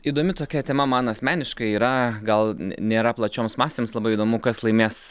įdomi tokia tema man asmeniškai yra gal nėra plačioms masėms labai įdomu kas laimės